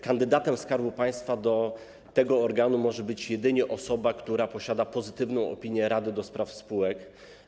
Kandydatem Skarbu Państwa do tego organu może być jedynie osoba, która posiada pozytywną opinię rady do spraw spółek.